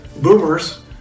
boomers